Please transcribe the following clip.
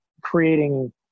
creating